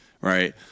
right